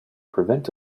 prevent